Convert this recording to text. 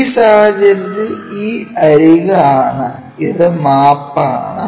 ഈ സാഹചര്യത്തിൽ ഇത് അരിക് ആണ് ഇത് മാപ്പ് ആണ്